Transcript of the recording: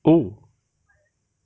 oh